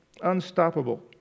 Unstoppable